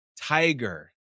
tiger